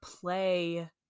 play